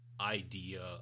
idea